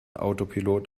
autopilot